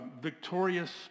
victorious